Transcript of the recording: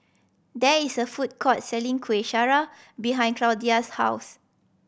there is a food court selling Kuih Syara behind Claudia's house